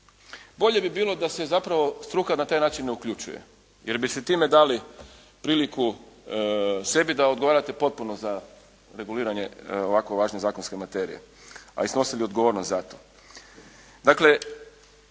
Bolje bi bilo da se zapravo struka na taj način ne uključuje jer biste time dali priliku sebi da odgovarate potpuno za reguliranje ovako važne zakonske materije a i snosili odgovornost za to. Dakle